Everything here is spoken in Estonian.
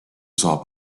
saab